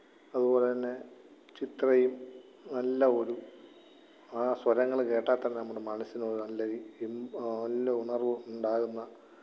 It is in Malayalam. അതുപോലെത്തന്നെ ചിത്രയും നല്ല ഒരു ആ സ്വരങ്ങൾ കേട്ടാൽത്തന്നെ നമ്മുടെ മനസ്സിനൊരു നല്ലൊരു നല്ല ഉണര്വും ഉണ്ടാകുന്ന